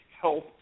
health